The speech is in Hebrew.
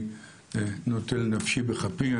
אני נוטל נפשי בכפי,